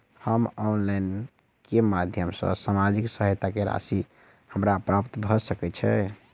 हम ऑनलाइन केँ माध्यम सँ सामाजिक सहायता केँ राशि हमरा प्राप्त भऽ सकै छै?